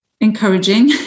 encouraging